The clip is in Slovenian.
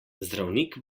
zdravnik